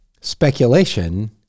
speculation